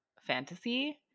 fantasy